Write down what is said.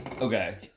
Okay